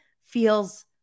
feels